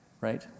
right